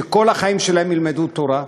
שכל החיים שלהם ילמדו תורה,